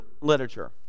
literature